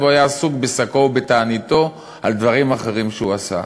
הוא היה עסוק בשקו ובתעניתו על דברים אחרים שהוא עשה.